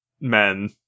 men